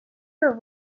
were